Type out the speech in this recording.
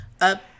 up